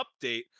Update